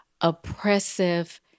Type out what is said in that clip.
oppressive